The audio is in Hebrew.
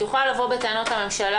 את יכולה לבוא בטענות לממשלה,